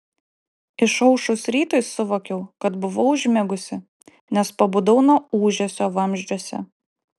išaušus rytui suvokiau kad buvau užmigusi nes pabudau nuo ūžesio vamzdžiuose